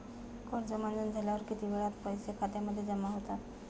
कर्ज मंजूर झाल्यावर किती वेळात पैसे खात्यामध्ये जमा होतात?